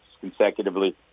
consecutively